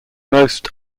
most